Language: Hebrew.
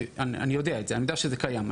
אני יודע את זה ויודע שזה קיים.